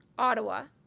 ottawa,